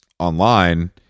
online